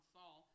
Saul